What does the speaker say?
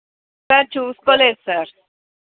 sir చూసుకో లేదు sir